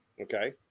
Okay